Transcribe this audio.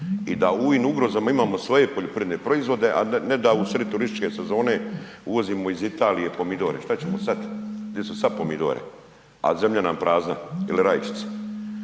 i da u ovim ugrozama imamo svoje poljoprivredne proizvode, a ne da u sred turističke sezone uvozimo iz Italije pomidore. Što ćemo sad? Gdje su sad pomidore, a zemlja nam prazna ili rajčica.